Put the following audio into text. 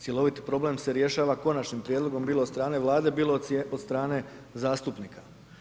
Cjeloviti problem se rješava konačnim prijedlogom, bilo od strane Vlade, bilo od strane zastupnika.